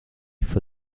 for